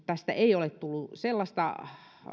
tästä ei ole tullut sellaista